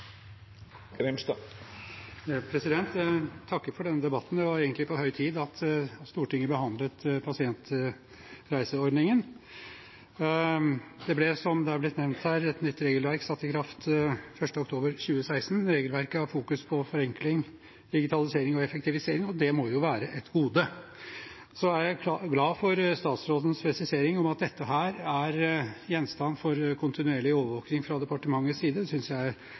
Jeg takker for denne debatten. Det var egentlig på høy tid at Stortinget behandlet pasientreiseordningen. Som det har blitt nevnt, ble et nytt regelverk satt i kraft 1. oktober 2016. Regelverket har fokus på forenkling, digitalisering og effektivisering – og det må jo være et gode! Jeg er glad for statsrådens presisering av at dette er gjenstand for kontinuerlig overvåkning fra departementets side. Det synes jeg